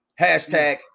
Hashtag